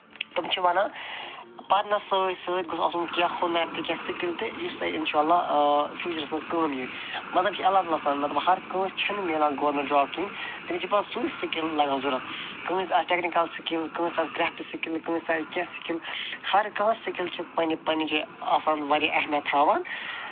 تِم چھِ وَنان پَرنَس سۭتۍ سۭتۍ گوٚژھ آسُن کیٚنٛہہ ہُنَر تہِ کیٚنٛہہ سِکِل تہِ یُس تۄہہِ اِنشاء اللہ فیوٗچرَس منٛز کٲم یی مطلب یہِ چھِ اللہ تعالیٰ ہَس تام مطلب ہَر کٲنٛسہِ چھَنہٕ مِلان گورمٮ۪نٛٹ جاب کِہیٖنۍ تٔمِس چھِ پَتہٕ سُے سِکِل لگان ضوٚرتھ کٲنٛسہِ آسہِ ٹٮ۪کنِکَل سِکِل کٲنٛسہِ آسہِ کرٛافٹ سِکِل کٲنٛسہِ آسہِ کیٚنٛہہ سِکِل ہَر کانٛہہ سِکِل چھِ پَنٛنہِ پنٛنہِ جایہِ آسان واریاہ اہمیت تھاوان